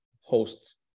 host